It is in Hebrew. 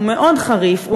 הוא מאוד חריף,